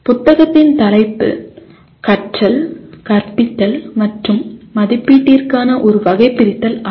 புத்தகத்தின் தலைப்பு கற்றல் கற்பித்தல் மற்றும் மதிப்பீட்டிற்கான ஒரு வகைபிரித்தல் ஆகும்